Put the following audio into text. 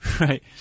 Right